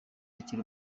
akiri